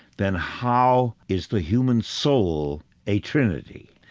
then how is the human soul a trinity,